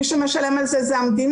מי שמשלם על זה היא המדינה,